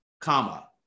comma